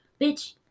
bitch